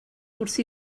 wrth